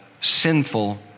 sinful